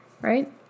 right